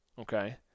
okay